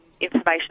information